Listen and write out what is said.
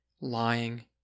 lying